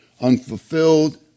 unfulfilled